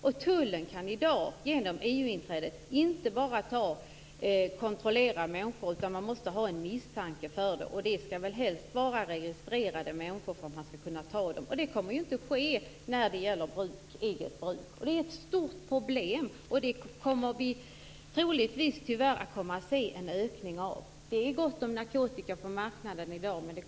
Och tullen kan i dag, i och med EU-inträdet, inte kontrollera människor utan att ha misstanke om att de har narkotika. Det skall väl helst vara fråga om registrerade människor för att man skall kunna ta dem. Det kommer inte att ske när det gäller narkotika för eget bruk. Det är ett stort problem. Och det kommer vi troligtvis tyvärr att se en ökning av. Det är gott om narkotika på marknaden i dag.